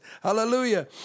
Hallelujah